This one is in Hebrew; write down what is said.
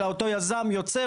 אותו יזם יוצא,